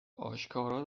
آشکارا